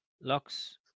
locks